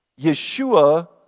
Yeshua